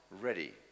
ready